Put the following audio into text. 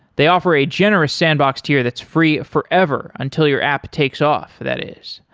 they offer a generous sandbox to you that's free forever until your app takes off that is.